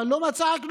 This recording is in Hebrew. אבל לא מציעה כלום.